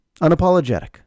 unapologetic